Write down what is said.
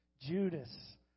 Judas